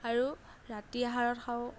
আৰু ৰাতি আহাৰত খাওঁ